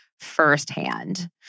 firsthand